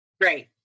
Great